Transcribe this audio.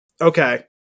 Okay